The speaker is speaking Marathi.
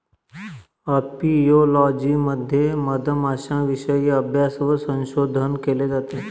अपियोलॉजी मध्ये मधमाश्यांविषयी अभ्यास व संशोधन केले जाते